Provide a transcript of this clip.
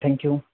thank you